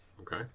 Okay